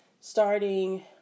starting